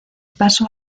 paso